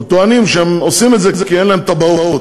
עוד טוענים שהם עושים את זה כי אין להם תב"עות.